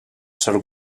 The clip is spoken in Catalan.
sol